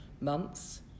months